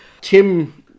Tim